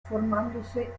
formándose